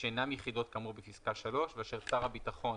שאינם יחידות כאמור בפסקה (3) ואשר שר הביטחון